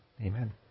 Amen